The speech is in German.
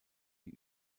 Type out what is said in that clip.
die